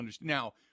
Now